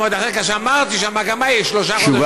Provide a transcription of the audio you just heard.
ואמרתי שהמגמה היא שלושה חודשים.